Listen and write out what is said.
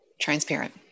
transparent